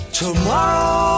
tomorrow